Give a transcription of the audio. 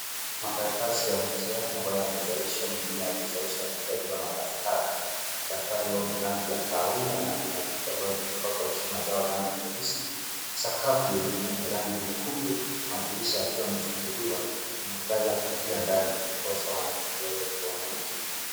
Makaratasi ya mtihani ambayo yamesahihishwa mengine hayajasahihishwa yameekelewa juu ya madaftari. Madaftari hayo ni ya rangi ya kahawia na kuna viti ambavyo vimepakwa chuma zao rangi nyeusi, sakafu yenyewe ikiwa ya rangi nyekundu, madirisha yakiwa yamefunguliwa na mwangaza kuingia ndani diposa wanafunzi waweze kuona vizuri.